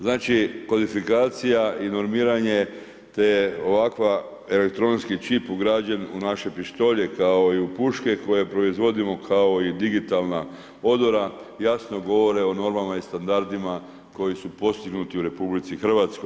Znači kvalifikacija i normiranje, te ovakva elektronski čip ugrađen u naše pištolje kao i u puške koje proizvodimo, kao i digitalna odora, jasno govore o normalnim standardima koji su postignuti u RH.